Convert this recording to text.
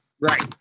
Right